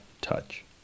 touch